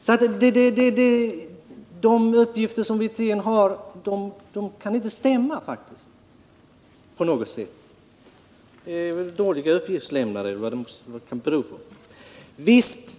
De uppgifter som Rolf Wirtén har kan faktiskt inte stämma — om det nu beror på dåliga uppgiftslämnare eller något annat. Visst